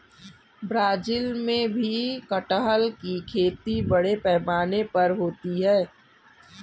Brazil में भी कटहल की खेती बड़े पैमाने पर होती है